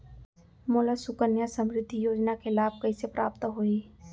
मोला सुकन्या समृद्धि योजना के लाभ कइसे प्राप्त होही?